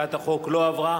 הצעת החוק לא עברה.